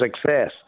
Success